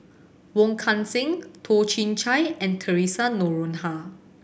Wong Kan Seng Toh Chin Chye and Theresa Noronha